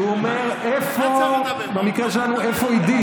שהוא אומר, במקרה שלנו, איפה עידית?